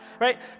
right